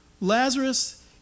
Lazarus